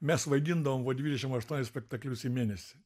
mes vaidindavom po dvidešim aštuonis spektaklius į mėnesį